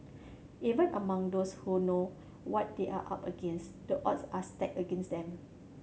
even among those who know what they are up against the odds are stacked against them